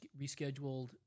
rescheduled